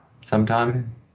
sometime